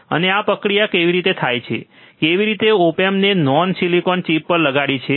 અને આ પ્રક્રિયા કઈ રીતે થાય છે કેવી રીતે ઓપેમ ને નાના સીલીકોન ચીપ પર લગાડી છે